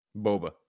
Boba